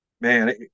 man